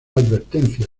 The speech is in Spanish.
advertencia